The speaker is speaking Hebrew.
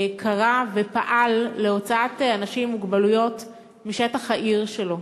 קרא ופעל להוצאת אנשים עם מוגבלויות משטח העיר שלו.